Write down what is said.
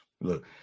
Look